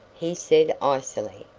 he said, icily.